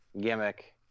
gimmick